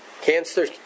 Cancer